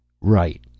Right